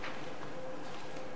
נתקבלו.